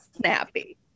snappy